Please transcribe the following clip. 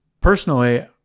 Personally